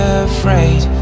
afraid